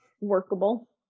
workable